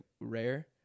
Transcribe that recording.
rare